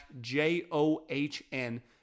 j-o-h-n